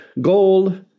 gold